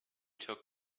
took